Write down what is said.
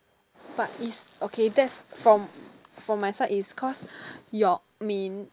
but it's okay that's from from my side is cause Yok-Min